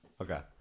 Okay